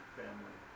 family